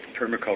permaculture